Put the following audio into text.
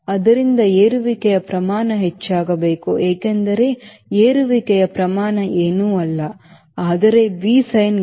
ಆದ್ದರಿಂದ ಏರುವಿಕೆಯ ಪ್ರಮಾಣ ಹೆಚ್ಚಾಗಬೇಕು ಏಕೆಂದರೆ ಏರುವಿಕೆಯ ಪ್ರಮಾಣ ಏನೂ ಅಲ್ಲ ಆದರೆ V sin gamma